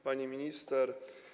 Pani Minister!